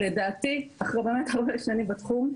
לדעתי אחרי באמת הרבה שנים בתחום,